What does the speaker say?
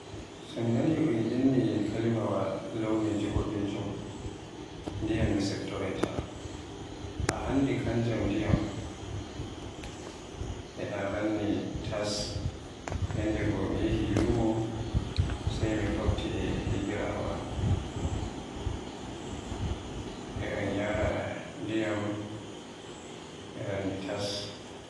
So mi naani un inni kalimawa launiji bodejum ndiyam mi siftoroyta. A anndi kanjam ndiyam e ɗan ranni tas. Yandego mi yahayi lumo sai mi fofta e higiraawo en o yaara ndiyam e ranni tas.